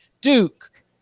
Duke